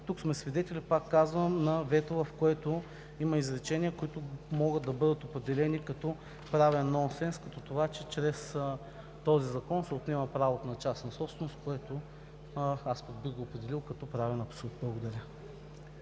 Тук сме свидетели, пак казвам, на вето, в което има изречения, които могат да бъдат определени като правен нонсенс, като това, че чрез този закон се отнема правото на частна собственост, което пък аз бих го определил като правен абсурд. Благодаря.